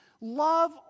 Love